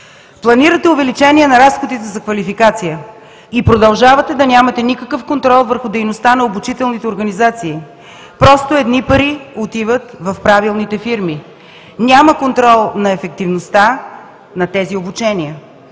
Планирате увеличение на разходите за квалификация и продължавате да нямате никакъв контрол върху дейността на обучителните организации. Просто едни пари отиват в правилните фирми. Няма контрол на ефективността на тези обучения.